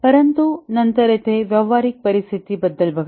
परंतु नंतर येथे व्यावहारिक परिस्थिती बद्दल बघा